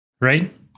Right